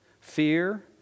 fear